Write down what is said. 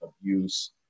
abuse